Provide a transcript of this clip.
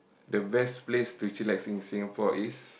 the best place to chillax in Singapore is